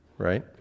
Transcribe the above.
Right